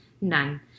None